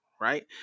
right